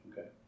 Okay